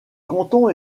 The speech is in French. canton